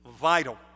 vital